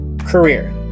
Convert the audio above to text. career